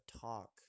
talk